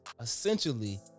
essentially